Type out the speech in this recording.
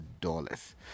dollars